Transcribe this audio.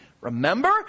Remember